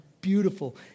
beautiful